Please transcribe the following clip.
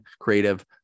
creative